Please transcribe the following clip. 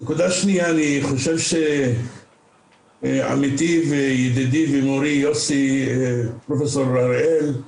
אני חושב שעמיתי וידידי ומורי, פרופ' הראל,